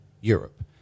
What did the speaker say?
Europe